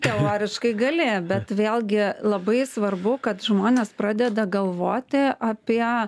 teoriškai gali bet vėlgi labai svarbu kad žmonės pradeda galvoti apie